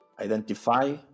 Identify